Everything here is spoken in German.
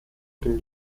den